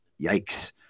yikes